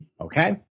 Okay